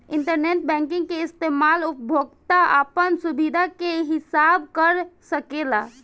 internet banking के इस्तमाल उपभोक्ता आपन सुबिधा के हिसाब कर सकेला